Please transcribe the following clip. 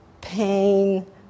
pain